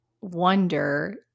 wonder